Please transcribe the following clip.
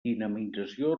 dinamització